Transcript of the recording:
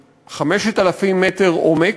5,000 מטר עומק.